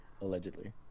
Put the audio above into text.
Allegedly